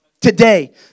today